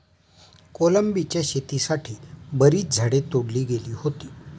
कोलंबीच्या शेतीसाठी बरीच झाडे तोडली गेली होती